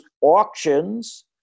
auctions